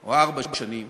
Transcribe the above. או ארבע שנים,